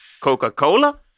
Coca-Cola